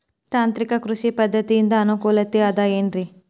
ತಾಂತ್ರಿಕ ಕೃಷಿ ಪದ್ಧತಿಯಿಂದ ಅನುಕೂಲತೆ ಅದ ಏನ್ರಿ?